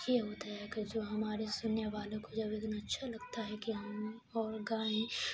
یہ ہوتا ہے کہ جو ہمارے سننے والوں کو جب اتنا اچھا لگتا ہے کہ ہم اور گائیں